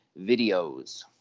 videos